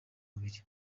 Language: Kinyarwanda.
buriri